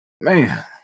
man